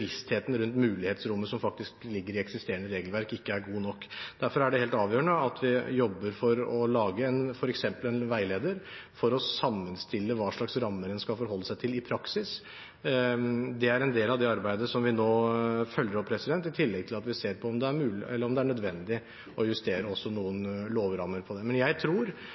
rundt mulighetsrommet som faktisk ligger i eksisterende regelverk, ikke er god nok. Derfor er det helt avgjørende at vi jobber for å lage f.eks. en veileder for å sammenstille hva slags rammer en skal forholde seg til i praksis. Det er en del av det arbeidet som vi nå følger opp, i tillegg til at vi ser på om det også er nødvendig å justere noen lovrammer. Men jeg tror, i hvert fall basert på både det